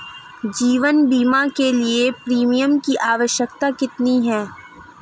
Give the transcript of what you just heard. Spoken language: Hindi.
जीवन बीमा के लिए प्रीमियम की राशि कितनी है?